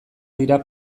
dira